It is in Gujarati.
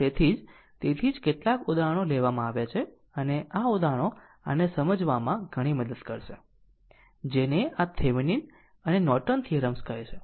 તેથી તેથી જ કેટલાક ઉદાહરણો લેવામાં આવ્યા છે અને આ ઉદાહરણો આને સમજવામાં ઘણી મદદ કરશે જેને આ થેવેનિન અને નોર્ટન થીયરમ્સ કહે છે